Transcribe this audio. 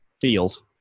field